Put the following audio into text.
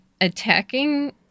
attacking